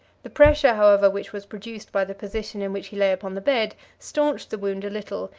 the pressure, however, which was produced by the position in which he lay upon the bed, stanched the wound a little,